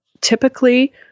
typically